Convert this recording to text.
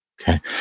Okay